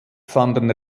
fanden